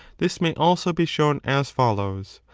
this may also be shown as follows.